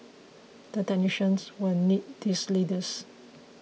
the technicians will need these leaders